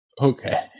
Okay